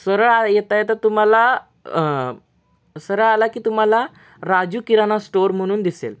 सरळ आ येता येता तुम्हाला सरळ आला की तुम्हाला राजू किराणा स्टोअर म्हणून दिसेल